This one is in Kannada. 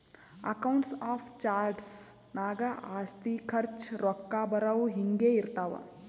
ಅಕೌಂಟ್ಸ್ ಆಫ್ ಚಾರ್ಟ್ಸ್ ನಾಗ್ ಆಸ್ತಿ, ಖರ್ಚ, ರೊಕ್ಕಾ ಬರವು, ಹಿಂಗೆ ಇರ್ತಾವ್